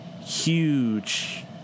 huge